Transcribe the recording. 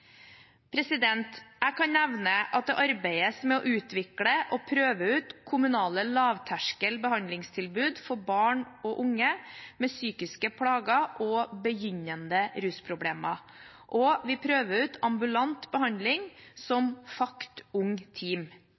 det arbeides med å utvikle og prøve ut kommunale lavterskel behandlingstilbud for barn og unge med psykiske plager og begynnende rusproblemer, og vi prøver ut ambulant behandling, slik som